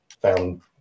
found